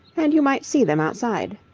and you might see them outside.